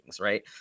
Right